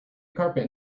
carpet